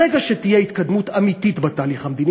ברגע שתהיה התקדמות אמיתית בתהליך המדיני,